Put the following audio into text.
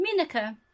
Minika